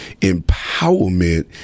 Empowerment